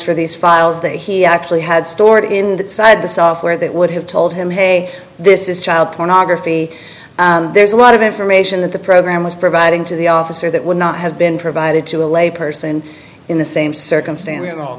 for these files that he actually had stored in that side the software that would have told him hey this is child pornography there's a lot of information that the program was providing to the officer that would not have been provided to a lay person in the same circumstance